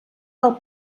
cal